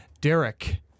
Derek